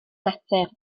natur